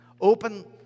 open